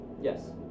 Yes